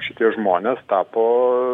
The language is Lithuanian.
šitie žmonės tapo